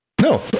No